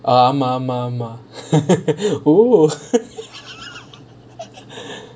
ஆமா ஆமா ஆமா:aamaa aamaa aamaa